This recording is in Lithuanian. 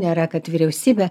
nėra kad vyriausybė